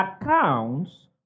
accounts